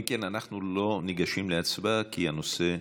אם כן, אנחנו לא ניגשים להצבעה, כי הנושא נפתר,